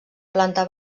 planta